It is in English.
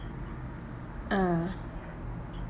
ah